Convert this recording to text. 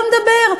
הוא לא מדבר.